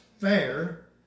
fair